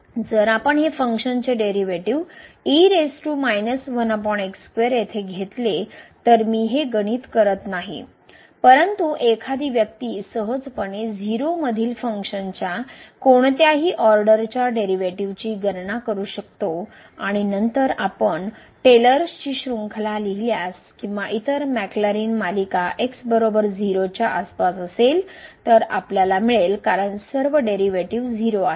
जर आपण हे फंक्शनचे डेरीवेटीव येथे घेतले तर मी हे गणित करत नाही परंतु एखादी व्यक्ती सहजपणे 0 मधील फंक्शनच्या कोणत्याही ऑर्डरच्या डेरीवेटीवची गणना करू शकतो आणि नंतर आपण टेलर्स ची शृंखला लिहिल्यास किंवा इतर मॅक्लॅरिन मालिका x 0 च्या आसपास असेल तर आपल्याला मिळेल कारण सर्व डेरीवेटीव 0 आहेत